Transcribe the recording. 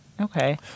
Okay